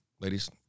Ladies